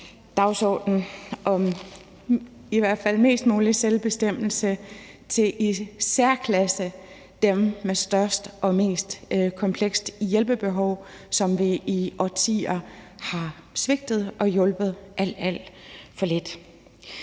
fald mest mulig selvbestemmelse til i særklasse dem med størst og mest kompleks hjælpebehov, som vi i årtier har svigtet og hjulpet alt, alt for lidt.